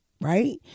right